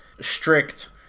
strict